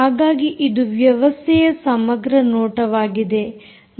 ಹಾಗಾಗಿ ಇದು ವ್ಯವಸ್ಥೆಯ ಸಮಗ್ರ ನೋಟವಾಗಿದೆ